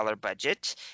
budget